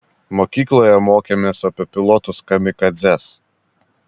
mokykloje mokėmės apie pilotus kamikadzes